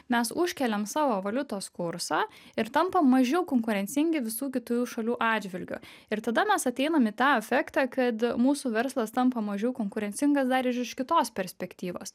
mes užkeliam savo valiutos kursą ir tampam mažiau konkurencingi visų kitų jau šalių atžvilgiu ir tada mes ateinam į tą efektą kad mūsų verslas tampa mažiau konkurencingas dar ir iš kitos perspektyvos